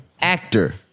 actor